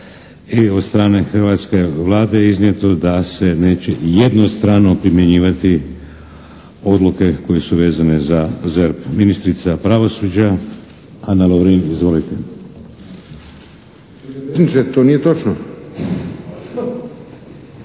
i od strane hrvatske Vlade iznijeto da se neće jednostrano primjenjivati odluke koje su vezane za «ZERP». Ministrica pravosuđa Ana Lovrin. Izvolite. **Kovačević,